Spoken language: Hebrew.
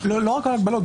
לא רק ההגבלות,